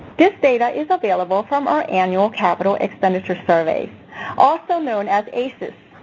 this data is available from our annual capital expenditures surveys also known as aces.